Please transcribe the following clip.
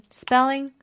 spelling